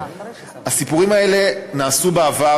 הסיפורים האלה היו בעבר,